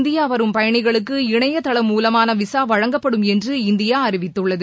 India வரும் பயணிகளுக்கு இணையதளம் மூலமான விசா வழங்கப்படும் என்று இந்தியா அறிவித்துள்ளது